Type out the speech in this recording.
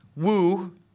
Woo